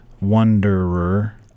Wanderer